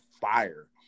fire